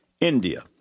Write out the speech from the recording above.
India